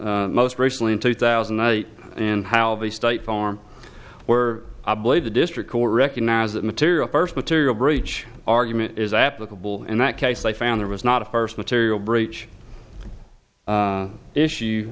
e most recently in two thousand and eight and how the state farm where i believe the district court recognize that material first material breach argument is applicable in that case they found there was not of course material breach issue